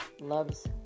loves